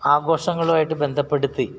ആഘോഷങ്ങളുമായിട്ട് ബന്ധപ്പെടുത്തി